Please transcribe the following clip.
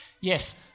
Yes